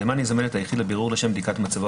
הנאמן יזמן את היחיד לבירור לשם בדיקת מצבו